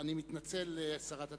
אני מתנצל, שרת התרבות.